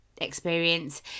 experience